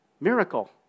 Miracle